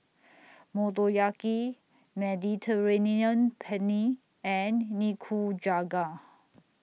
Motoyaki Mediterranean Penne and Nikujaga